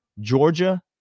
Georgia